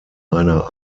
einer